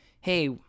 Hey